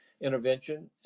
intervention